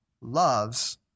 loves